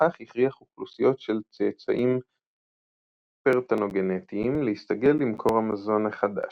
ובכך הכריח אוכלוסיות של צאצאים פרתנוגנטיים להסתגל למקור המזון החדש,